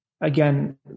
again